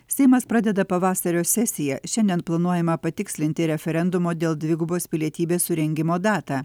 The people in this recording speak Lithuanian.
seimas pradeda pavasario sesiją šiandien planuojama patikslinti referendumo dėl dvigubos pilietybės surengimo datą